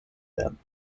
werden